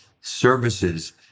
services